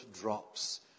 drops